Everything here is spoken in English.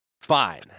Fine